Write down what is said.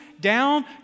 down